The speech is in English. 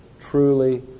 truly